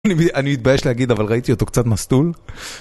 אני מתבייש להגיד אבל ראיתי אותו קצת מסטול